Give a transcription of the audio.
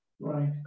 Right